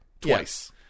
twice